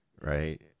right